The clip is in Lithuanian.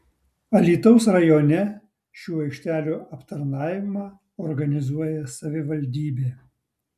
alytaus rajone šių aikštelių aptarnavimą organizuoja savivaldybė